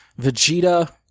Vegeta